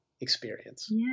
experience